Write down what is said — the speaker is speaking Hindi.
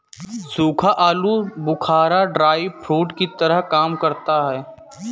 सूखा आलू बुखारा ड्राई फ्रूट्स की तरह काम करता है